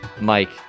Mike